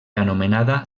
anomenada